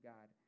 God